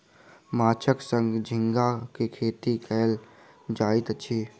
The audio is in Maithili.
माँछक संग झींगा के खेती कयल जाइत अछि